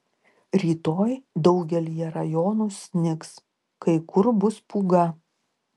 rytoj daugelyje rajonų snigs kai kur bus pūga